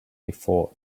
before